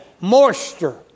moisture